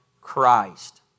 Christ